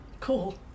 Cool